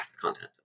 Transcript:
content